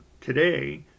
today